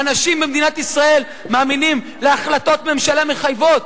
ואנשים במדינת ישראל מאמינים להחלטות ממשלה מחייבות.